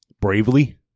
Bravely